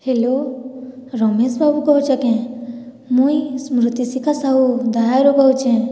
hello Ramesh babu କହୁଛ କେଁ ମୁଇଁ ସ୍ମୃତିଶିଖା ସାହୁ ଦାହାରେ କହୁଛେଁ